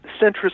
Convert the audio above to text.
centrist